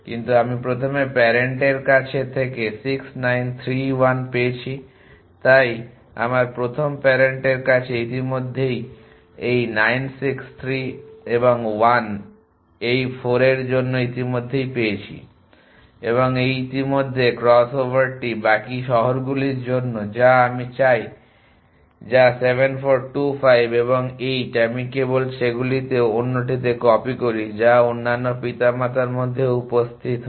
কিন্তু আমি প্রথম প্যারেন্টের কাছ থেকে 6 9 3 1 পেয়েছি তাই আমার প্রথম প্যারেন্টের কাছে আমি ইতিমধ্যেই এই 9 6 3 এবং 1 এই 4 এর জন্য ইতিমধ্যেই পেয়েছি এবং এই ইতিমধ্যে ক্রসওভারটি বাকি শহরগুলির জন্য যা আমি চাই যা 7 4 2 5 এবং 8 আমি কেবল সেগুলিকে অন্যটিতে কপি করি যা অন্যান্য পিতামাতার মধ্যে উপস্থিত হয়